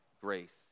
grace